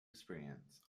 experience